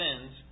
sins